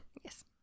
Yes